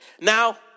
now